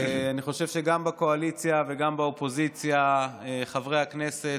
אני חושב שגם בקואליציה וגם באופוזיציה חברי הכנסת